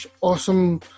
Awesome